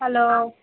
hello